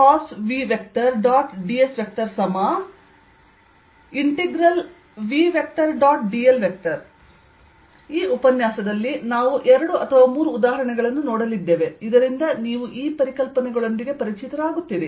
dl ಈ ಉಪನ್ಯಾಸದಲ್ಲಿ ನಾವು ಎರಡು ಅಥವಾ ಮೂರು ಉದಾಹರಣೆಗಳನ್ನು ನೋಡಲಿದ್ದೇವೆ ಇದರಿಂದ ನೀವು ಈ ಪರಿಕಲ್ಪನೆಗಳೊಂದಿಗೆ ಪರಿಚಿತರಾಗುತ್ತೀರಿ